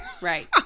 right